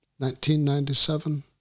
1997